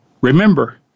Remember